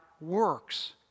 works